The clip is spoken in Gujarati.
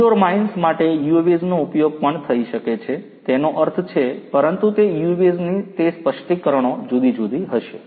ઇન્ડોર માઇન્સ માટે UAVs નો ઉપયોગ પણ થઈ શકે છે તેનો અર્થ છે પરંતુ તે UAVs ની તે સ્પષ્ટીકરણો જુદી જુદી હશે